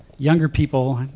younger people,